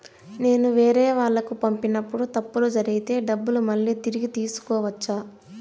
నేను వేరేవాళ్లకు పంపినప్పుడు తప్పులు జరిగితే డబ్బులు మళ్ళీ తిరిగి తీసుకోవచ్చా?